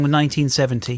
1970